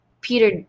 Peter